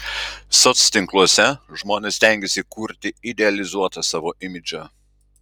soctinkluose žmonės stengiasi kurti idealizuotą savo imidžą